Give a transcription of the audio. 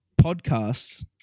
podcasts